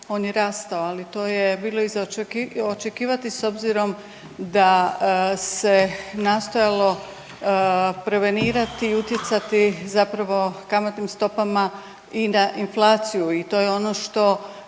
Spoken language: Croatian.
on je rastao, ali to je bilo i za očekivati s obzirom da se nastojalo prevenirati i utjecati zapravo kamatnim stopama i na inflaciju i to je ono što